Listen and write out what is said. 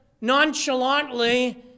nonchalantly